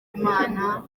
imana